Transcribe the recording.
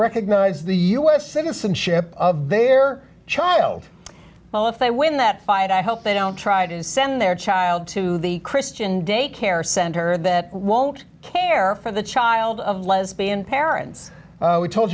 recognize the u s citizenship of their child well if they win that fight i hope they don't try to send their child to the christian daycare center that won't care for the child of lesbian parents we told